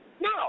No